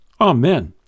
Amen